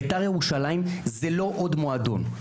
בית"ר ירושלים זה לא עוד מועדון.